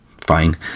fine